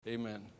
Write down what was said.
Amen